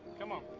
come on.